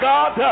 God